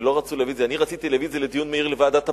אני רציתי להביא את זה לדיון מהיר בוועדת הפנים,